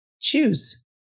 choose